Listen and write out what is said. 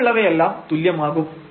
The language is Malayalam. ബാക്കിയുള്ളവയെല്ലാം തുല്യമാകും